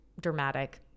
dramatic